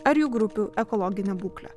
ar jų grupių ekologinę būklę